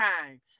time